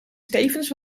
stevens